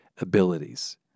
abilities